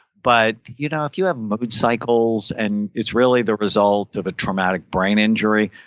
but you know if you have mood cycles and it's really the result of a traumatic brain injury,